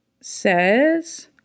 says